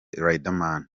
riderman